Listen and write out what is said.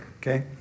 okay